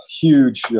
huge